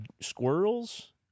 Squirrels